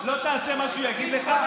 לא תעשה מה שהוא יגיד לך?